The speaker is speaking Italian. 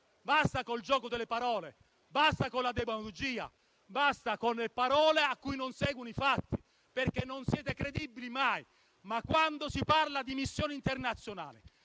Basta con il gioco delle parole. Basta con la demagogia. Basta con le parole a cui non seguono i fatti, perché non siete mai credibili. Quando si parla di missioni internazionali,